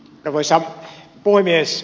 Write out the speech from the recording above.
arvoisa puhemies